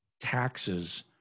taxes